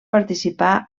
participar